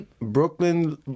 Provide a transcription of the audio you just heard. Brooklyn